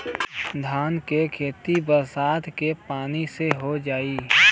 धान के खेती बरसात के पानी से हो जाई?